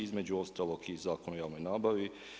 Između ostalog i Zakon o javnoj nabavi.